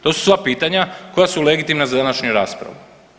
To su sva pitanja koja su legitimna za današnju raspravu.